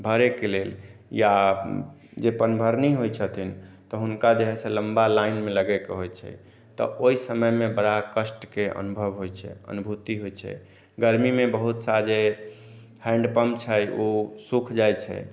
भरैके लेल या जे पनभरनी होइत छथिन तऽ हुनका जे हइ से लम्बा लाइनमे लगैके होइत छै तऽ ओहि समयमे बड़ा कष्टके अनुभव होइत छै अनुभूति होइत छै गर्मीमे बहुत सा जे हैंड पंप छै ओ सुख जाइत छै